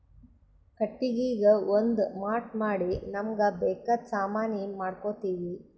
ಕಟ್ಟಿಗಿಗಾ ಒಂದ್ ಮಾಟ್ ಮಾಡಿ ನಮ್ಮ್ಗ್ ಬೇಕಾದ್ ಸಾಮಾನಿ ಮಾಡ್ಕೋತೀವಿ